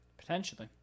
Potentially